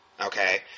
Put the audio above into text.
Okay